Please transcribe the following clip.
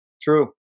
True